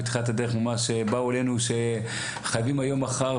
בתחילת הדרך ממש באו אלינו שחייבים היום/מחר,